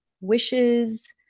wishes